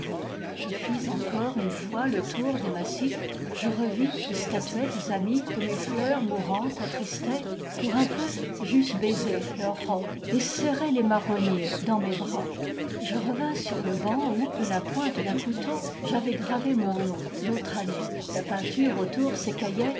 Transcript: je fis encore une fois le tour des massifs je revis les statuettes amies que mes fleurs mourantes attristaient pour un peu j'eusse baisé leur robe et serré les marronniers dans mes bras je revins sur le banc où de la pointe d'un couteau j'avais gravé mon nom l'autre année la peinture autour s'écaillait